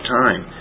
time